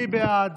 מי בעד?